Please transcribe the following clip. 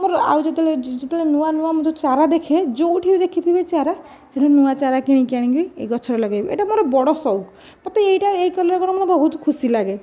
ମୋର ଆଉ ଯେତେବେଳେ ଯେତେବେଳେ ନୂଆଁ ନୂଆଁ ମୁଁ ଯେଉଁ ଚାରା ଦେଖେ ଯେଉଁଠି ବି ଦେଖିଥିବି ଚାରା ହେଠୁ ନୂଆଁ ଚାରା କିଣିକି ଆଣିକି ଏ ଗଛରେ ଲଗାଇବି ଏଇଟା ମୋର ବଡ଼ ସଉକ ମୋତେ ଏଇଟା ଏହା କଲେ ମୋତେ ବହୁତ ଖୁସି ଲାଗେ